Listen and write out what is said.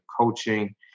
coaching